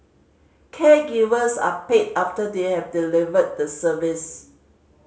caregivers are paid after they have delivered the service